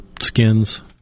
skins